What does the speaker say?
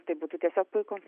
tai būtų tiesiog puiku